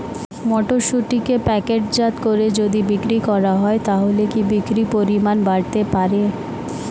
মটরশুটিকে প্যাকেটজাত করে যদি বিক্রি করা হয় তাহলে কি বিক্রি পরিমাণ বাড়তে পারে?